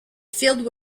field